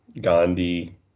Gandhi